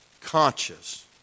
conscious